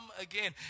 again